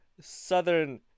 Southern